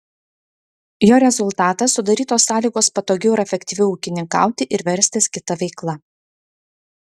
jo rezultatas sudarytos sąlygos patogiau ir efektyviau ūkininkauti ir verstis kita veikla